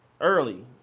early